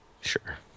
Sure